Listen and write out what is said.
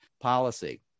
policy